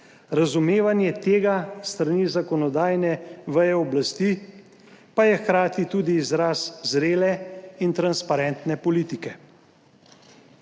Razumevanje tega s strani zakonodajne veje oblasti pa je hkrati tudi izraz zrele in transparentne politike.